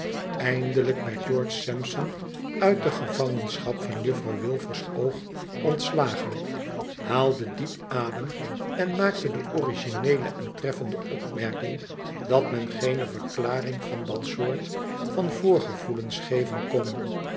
eindelijk werd george sampson uit de gevangenschap van juffrouw wilfer's oog ontslagen haalde diep adem en maakte de origineele en treffende opmerking dat men geene verklaring van dat soort van voorgevoelens geven kon